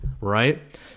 right